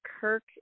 Kirk